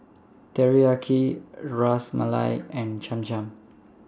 Teriyaki Ras Malai and Cham Cham